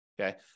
okay